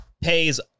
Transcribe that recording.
Pays